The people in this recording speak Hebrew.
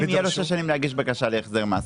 יהיה לו שש שנים להגיש בקשה להחזר מס.